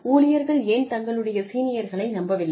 ஊழியர்கள் ஏன் தங்களுடைய சீனியர்களை நம்பவில்லை